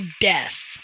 death